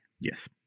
Yes